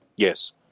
Yes